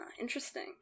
interesting